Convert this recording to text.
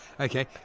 Okay